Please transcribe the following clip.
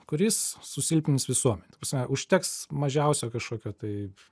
kuris susilpnins visuomenę ta prasme užteks mažiausiai kažkokio tai